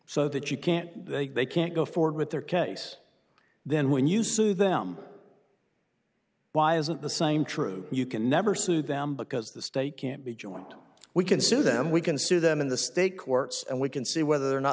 so that you can't they can't go forward with their case then when you sue them why isn't the same true you can never sue them because the state can't be joined we can sue them we can sue them in the state courts and we can see whether or not